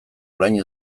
orain